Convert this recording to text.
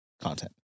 content